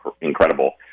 incredible